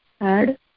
add